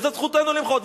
וזאת זכותנו למחות.